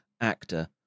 actor